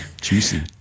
juicy